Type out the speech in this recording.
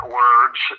words